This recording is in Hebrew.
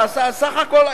זה הסך הכול,